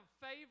favor